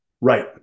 Right